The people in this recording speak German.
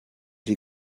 die